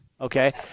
okay